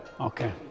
Okay